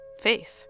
faith